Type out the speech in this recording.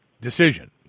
decision